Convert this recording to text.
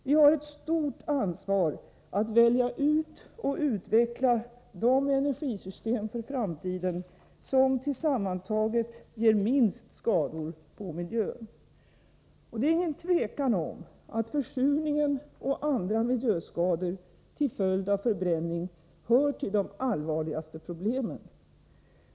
Vi har ett stort ansvar att välja ut och utveckla de energisystem för framtiden som tillsammantaget ger minst skador på miljön. Det är inget tvivel om att försurningen och andra miljöskador till följd av förbränning hör till de allvarligaste problemen.